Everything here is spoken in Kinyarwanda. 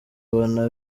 ubona